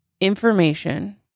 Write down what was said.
information